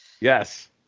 Yes